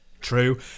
True